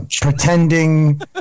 pretending